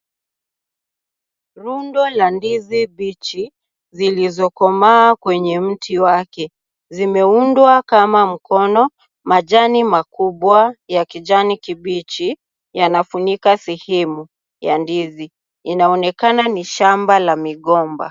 Rundo la ndizi mbichi zilizokomaa kwenye mti wake, zimeundwa kama mkono. Majani makubwa ya kijani kibichi yanafunika sehemu ya ndizi. Inaonekana ni shamba la migomba.